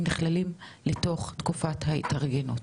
הם נכללים לתוך תקופת ההתארגנות?